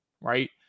Right